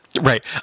Right